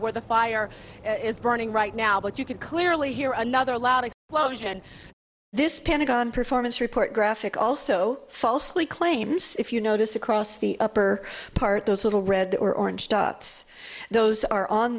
where the fire it's burning right now but you can clearly hear another loud it was and this pentagon performance report graphic also falsely claims if you notice across the upper part those little red or orange dots those are on